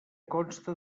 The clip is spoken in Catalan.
consta